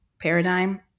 paradigm